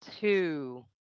two